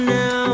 now